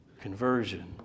conversion